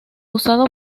usado